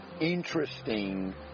interesting